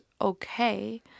okay